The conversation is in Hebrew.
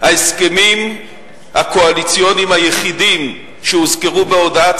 ההסכמים הקואליציוניים היחידים שהוזכרו בהודעת